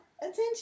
attention